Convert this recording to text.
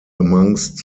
amongst